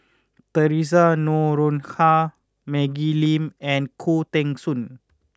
Theresa Noronha Maggie Lim and Khoo Teng Soon